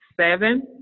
seven